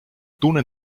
tunnen